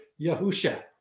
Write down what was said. Yahusha